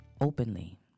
openly